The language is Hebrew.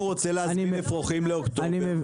ואם הוא רוצה להזמין אפרוחים לאוקטובר?